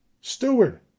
Steward